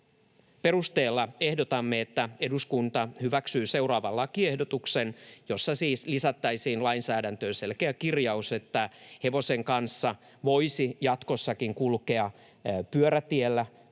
perusteella ehdotamme, että eduskunta hyväksyy seuraavan lakiehdotuksen, jossa siis lisättäisiin lainsäädäntöön selkeä kirjaus, että hevosen kanssa voisi jatkossakin kulkea pyörätiellä,